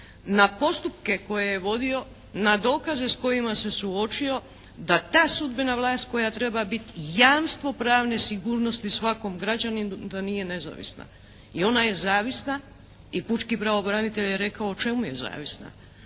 na postupke koje je vodio, na dokaze s kojima se suočio da ta sudbena vlast koja treba biti jamstvo pravne sigurnosti svakom građaninu da nije nezavisna i ona je zavisna i pučki pravobranitelj je rekao u čemu je zavisna.